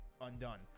undone